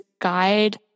guide